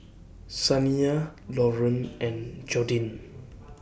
Saniyah Lauren and Jordin